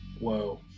Whoa